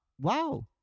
wow